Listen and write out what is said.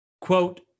quote